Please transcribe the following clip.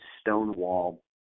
stonewall